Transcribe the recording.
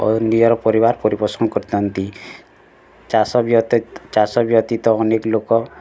ଆଉ ନିଆରା ପରିବାର ପରିପୋଷଣ କରିଥାନ୍ତି ଚାଷ ବ୍ୟତୀତ ଚାଷ ବ୍ୟତୀତ ଅନେକ ଲୋକ